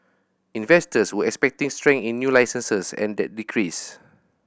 investors were expecting strength in new licences and that decreased